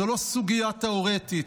זו לא סוגיה תיאורטית.